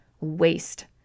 waste